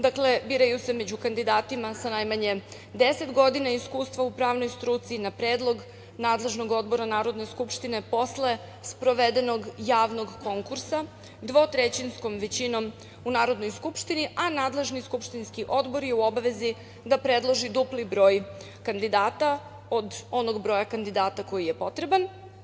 Dakle, biraju se među kandidatima sa najmanje deset godina iskustva u pravnoj struci na predlog nadležnog odbora Narodne skupštine posle sprovedenog javnog konkursa, dvotrećinskom većinom u Narodnoj skupštini, a nadležni skupštinski odbor je u obavezi da predloži dupli broj kandidata od onog broja kandidata koji je potreban.